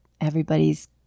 everybody's